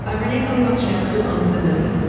ah renee coley wants to know, who owns the moon?